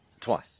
twice